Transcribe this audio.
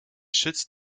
schützt